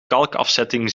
kalkafzetting